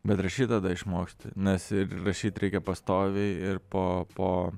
bet rašyti tada išmoksti nes ir rašyti reikia pastoviai ir po po